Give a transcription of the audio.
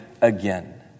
again